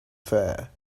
fear